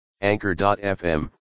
Anchor.fm